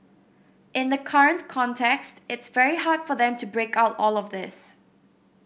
in the current context it's very hard for them to break out all of this